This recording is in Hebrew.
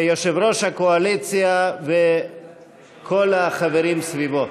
יושב-ראש הקואליציה וכל החברים סביבו,